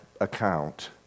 account